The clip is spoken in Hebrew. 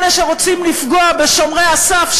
אלה שרוצים לפגוע בשומרי הסף,